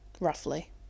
Roughly